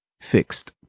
fixed